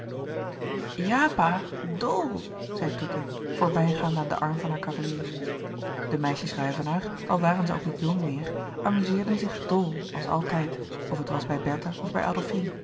ddll zei toetie voorbijgaande aan den arm van haar cavalier de meisjes ruyvenaer al waren zij ook niet jong meer amuzeerden zich dol als altijd of het was bij bertha of bij